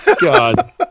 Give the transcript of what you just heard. God